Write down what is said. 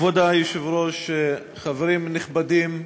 כבוד היושב-ראש, חברים נכבדים,